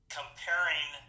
comparing